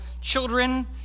children